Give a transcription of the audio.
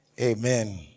Amen